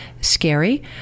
scary